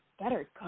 better